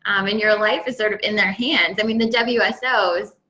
um and your life is sort of in their hands. i mean, the wso's,